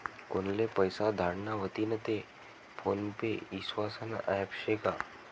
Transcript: कोनले पैसा धाडना व्हतीन ते फोन पे ईस्वासनं ॲप शे का?